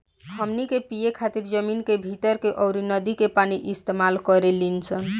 हमनी के पिए खातिर जमीन के भीतर के अउर नदी के पानी इस्तमाल करेनी सन